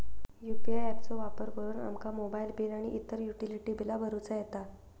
UPI app चो वापर करुन आमका मोबाईल बिल आणि इतर युटिलिटी बिला भरुचा येता